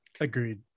Agreed